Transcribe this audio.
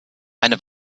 eine